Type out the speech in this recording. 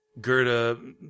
Gerda